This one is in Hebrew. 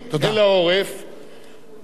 עַם עִם עורף קשה,